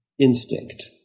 Instinct